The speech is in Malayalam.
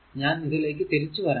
ഞാൻ ഇതിലേക്ക് തിരിച്ചു വരാം